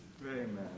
Amen